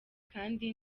kandi